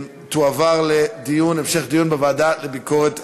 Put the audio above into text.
תועברנה להמשך דיון בוועדה לביקורת המדינה.